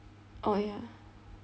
oh ya